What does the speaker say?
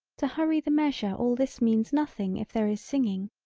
to hurry the measure all this means nothing if there is singing,